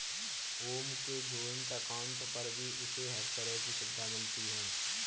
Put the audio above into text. ओम के joint account पर भी उसे हर तरह की सुविधा मिलती है